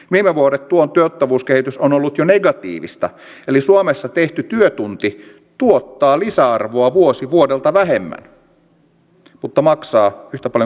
viime vuodet työn tuottavuuskehitys on ollut jo negatiivista eli suomessa tehty työtunti tuottaa lisäarvoa vuosi vuodelta vähemmän mutta maksaa yhtä paljon kuin ennen